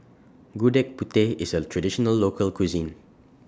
Gudeg Putih IS A Traditional Local Cuisine